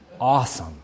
awesome